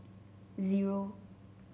zero